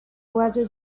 whether